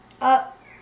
up